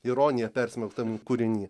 ironija persmelktam kūriny